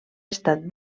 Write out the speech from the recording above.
estat